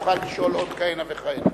תוכל לשאול עוד כהנה וכהנה.